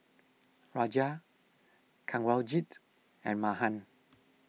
Raja Kanwaljit and Mahan